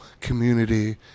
community